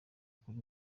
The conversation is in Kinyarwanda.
kuri